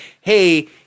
hey